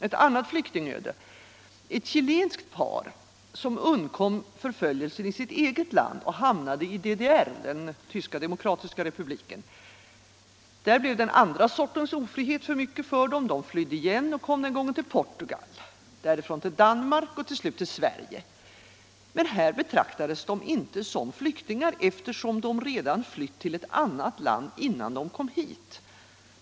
Ett annat flyktingöde: ett chilenskt par som undkom förföljelsen i sitt eget land och hamnade i DDR, den tyska demokratiska republiken. Där blev den andra sortens ofrihet för mycket för dem, de flydde igen och kom den gången till Portugal, därifrån till Danmark och till slut till Sverige. Men här betraktades de inte som flyktingar, eftersom de redan flytt till ett annat land innan de kom hit.